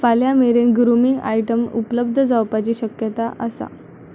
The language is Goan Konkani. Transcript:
फाल्यां मेरेन ग्रुमींग आयटम उपलब्ध जावपाची शक्यता आसा